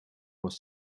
was